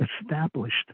established